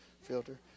filter